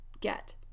get